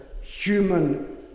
human